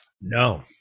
no